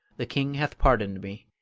the king hath pardoned me.